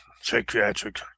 psychiatric